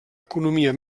economia